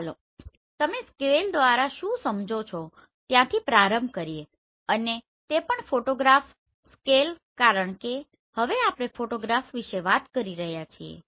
તો ચાલો તમે સ્કેલ દ્વારા શું સમજો છો ત્યાંથી પ્રારંભ કરીએ અને તે પણ ફોટોગ્રાફ સ્કેલ કારણ કે હવે આપણે ફોટોગ્રાફ વિશે વાત કરી રહ્યા છીએ